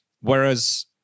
Whereas